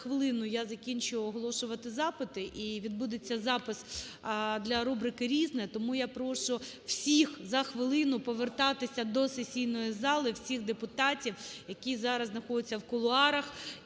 за хвилину я закінчу оголошувати запити і відбудеться запис для рубрики "Різне". Тому я прошу всіх за хвилину повертатися до сесійної зали, всіх депутатів, які зараз знаходяться в кулуарах